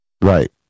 Right